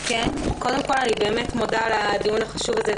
קודם כול, אני באמת מודה על הדיון החשוב הזה.